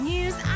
News